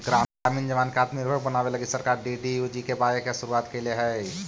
ग्रामीण जवान के आत्मनिर्भर बनावे लगी सरकार डी.डी.यू.जी.के.वाए के शुरुआत कैले हई